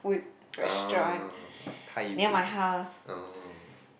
orh Thai food ah